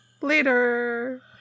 Later